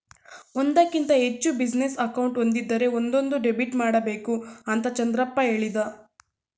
ಒಂದಕ್ಕಿಂತ ಹೆಚ್ಚು business account ಒಂದಿದ್ದರೆ ಒಂದೊಂದು ಡೆಬಿಟ್ ಮಾಡಬೇಕು ಅಂತ ಚಂದ್ರಪ್ಪ ಹೇಳಿದ